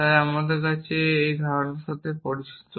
তাই আপনি এই ধারণার সাথে পরিচিত